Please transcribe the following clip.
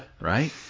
right